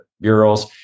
bureaus